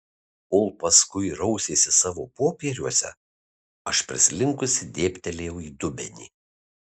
kol paskui rausėsi savo popieriuose aš prislinkusi dėbtelėjau į dubenį